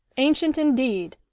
ancient, indeed!